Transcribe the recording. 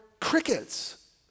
crickets